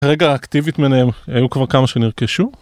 כרגע האקטיבית מנהם היו כבר כמה שנרכשו